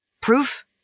Proof